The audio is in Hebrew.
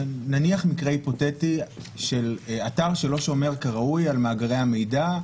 נניח מקרה היפותטי של אתר שלא שומר כראוי על מאגרי המידע,